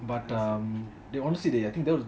but um they honestly they